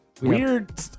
weird